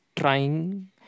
trying